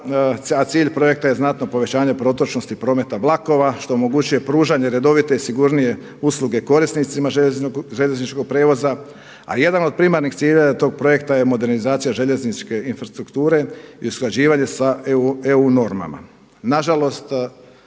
a cilj projekta je znatno povećanje protočnosti prometa vlakova što omogućuje pružanje redovite, sigurnije usluge korisnicima željezničkog prijevoza, a jedan od primarnih ciljeva tog projekta je modernizacija željezničke infrastrukture i usklađivanje sa eu normama.